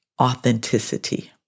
Authenticity